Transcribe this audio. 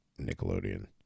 Nickelodeon